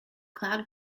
cloud